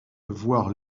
voire